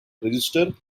register